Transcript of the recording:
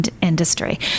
industry